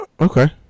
okay